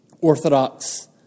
Orthodox